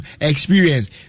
experience